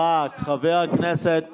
חברת הכנסת ברק, חבר הכנסת אמסלם,